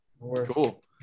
Cool